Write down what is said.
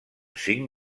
cinc